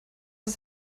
ist